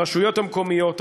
הרשויות המקומיות,